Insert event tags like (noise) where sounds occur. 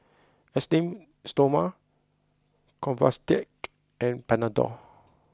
Esteem Stoma (unintelligible) and Panadol